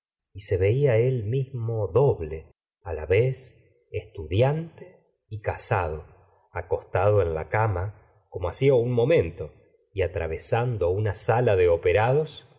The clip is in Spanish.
y se veía él mismo doble la vez estudiante y casado acostado en la cama como hacia un momento y atravesando una sala de operados